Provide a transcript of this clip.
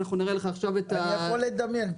נראה לך עכשיו --- אני יכול לדמיין.